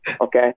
okay